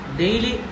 daily